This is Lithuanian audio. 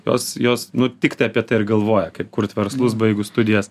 jos jos nu tiktai apie tai ir galvoja kaip kurt verslus baigus studijas